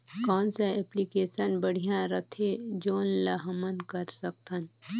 कौन सा एप्लिकेशन बढ़िया रथे जोन ल हमन कर सकथन?